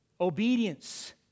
Obedience